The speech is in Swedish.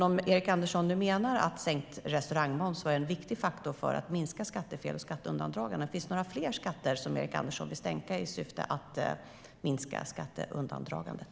Om Erik Andersson menar att sänkt restaurangmoms var en viktig faktor för att minska skattefel och skatteundandragande, finns det fler skatter som Erik Andersson vill sänka i syfte att minska skatteundandragandet?